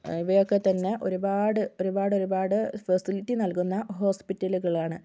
ഇവയൊക്കെ തന്നെ ഒരുപാട് ഒരുപാടൊരുപാട് ഫെസിലിറ്റി നൽകുന്ന ഹോസ്പിറ്റലുകളാണ്